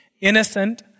innocent